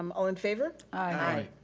um all in favor? aye.